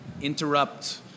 interrupt